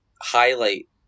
highlight